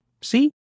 See